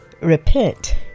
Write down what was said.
repent